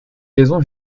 raisons